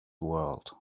world